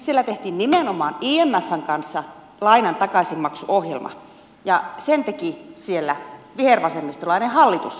siellä tehtiin nimenomaan imfn kanssa lainan takaisinmaksuohjelma ja sen teki siellä vihervasemmistolainen hallitus